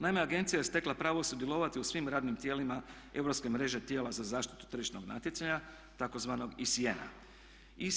Naime agencija je stekla pravo sudjelovati u svim radnim tijelima europske mreže tijela za zaštitu tržišnog natjecanja tzv. ICN-a.